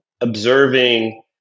observing